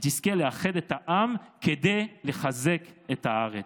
שתזכה לאחד את העם כדי לחזק את הארץ.